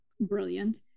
brilliant